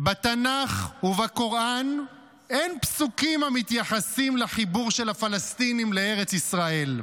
בתנ"ך ובקוראן אין פסוקים המתייחסים לחיבור של הפלסטינים לארץ ישראל.